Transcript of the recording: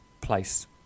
place